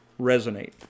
resonate